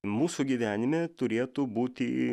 mūsų gyvenime turėtų būti